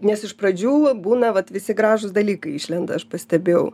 nes iš pradžių būna vat visi gražūs dalykai išlenda aš pastebėjau